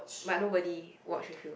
but nobody watch with you